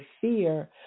fear